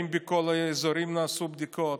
אם בכל האזורים נעשו בדיקות.